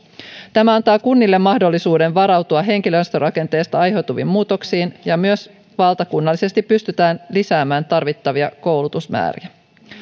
tämä antaa kunnille mahdollisuuden varautua henkilöstörakenteesta aiheutuviin muutoksiin ja myös valtakunnallisesti pystytään lisäämään tarvittavia koulutusmääriä